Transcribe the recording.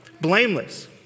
blameless